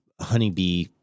honeybee